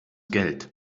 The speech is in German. geld